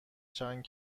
چند